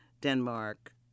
Denmark